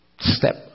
step